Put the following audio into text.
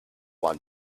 one